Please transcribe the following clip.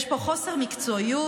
יש פה חוסר מקצועיות,